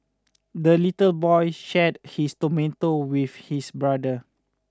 the little boy shared his tomato with his brother